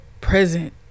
present